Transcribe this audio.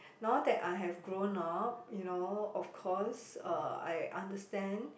now that I have grown up you know of course uh I understand